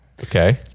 Okay